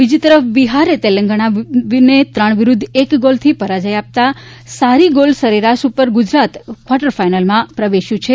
બીજી તરફ બિહારે તેલંગાણાને ત્રણ વિરૂધ્ધ એક ગોલથી પરાજ્ય આપતા સારી ગોલ સરેરાશ ઉપર ગુજરાત ક્વાર્ટર ફાઇનલમાં પ્રવેશ્યું છે